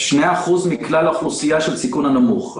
2% מכלל האוכלוסייה של הסיכון הנמוך,